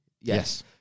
Yes